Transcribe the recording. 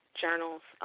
journals